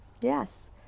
yes